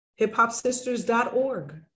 HipHopSisters.org